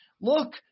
look